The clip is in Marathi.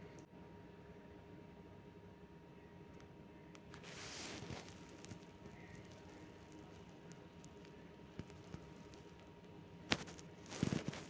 यावर्षी साईबाबा ट्रस्ट फंडातून एकूण किती रक्कम काढण्यात आली?